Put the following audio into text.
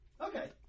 Okay